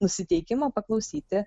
nusiteikimą paklausyti